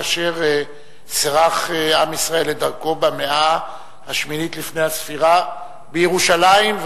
כאשר שירך עם ישראל דרכיו במאה השמינית לפני הספירה בירושלים,